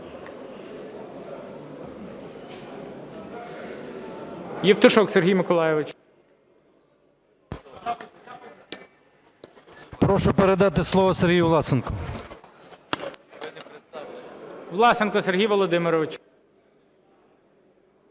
Прошу передати слово Сергію Власенку. ГОЛОВУЮЧИЙ. Власенко Сергій Володимирович.